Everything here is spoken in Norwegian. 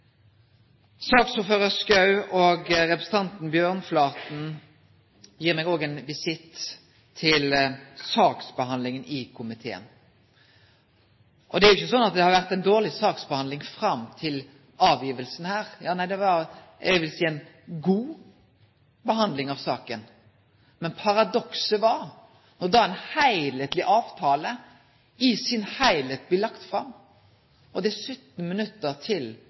Saksordføraren, Schou, og representanten Bjørnflaten vil eg gi ein visitt når det gjaldt saksbehandlinga i komiteen. Det er jo ikkje slik at det har vore ei dårleg saksbehandling fram til framlegginga. Nei, eg vil seie at det har vore ei god behandling av saka. Men paradokset var at da ein avtale i sin heilskap blei lagd fram, var det 17 minutt til me skulle ha komitémøte. Da er